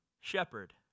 shepherd